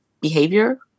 behavior